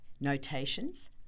notations